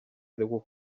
dugu